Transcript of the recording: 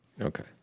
Okay